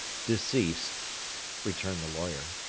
deceased returned the lawyer.